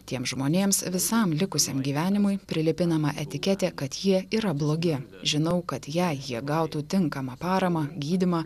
tiems žmonėms visam likusiam gyvenimui prilipinama etiketė kad jie yra blogi žinau kad jei jie gautų tinkamą paramą gydymą